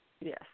Yes